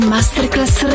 Masterclass